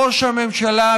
ראש הממשלה,